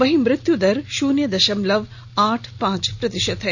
वहीं मृत्यु दर शून्य दशमलव आठ पांच प्रतिशत है